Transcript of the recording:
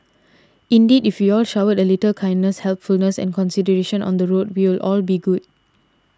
indeed if we all showed a little kindness helpfulness and consideration on the road we'll all be good